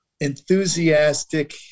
enthusiastic